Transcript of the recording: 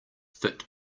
fit